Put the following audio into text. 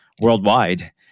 worldwide